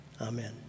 Amen